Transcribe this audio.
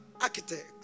architect